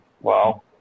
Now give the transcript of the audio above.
Wow